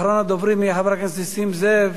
אחרון הדוברים יהיה חבר הכנסת נסים זאב,